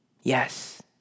Yes